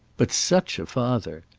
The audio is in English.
but such a father!